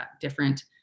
different